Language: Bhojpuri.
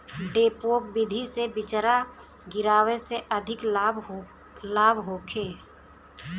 डेपोक विधि से बिचरा गिरावे से अधिक लाभ होखे?